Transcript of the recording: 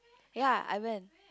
ya I went